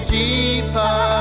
deeper